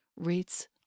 rates